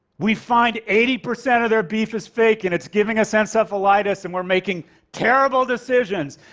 we find eighty percent of their beef is fake, and it's giving us encephalitis, and we're making terrible decisions.